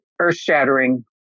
earth-shattering